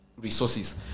resources